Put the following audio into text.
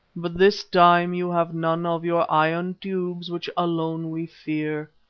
but this time you have none of your iron tubes which alone we fear.